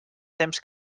temps